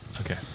okay